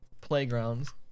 playgrounds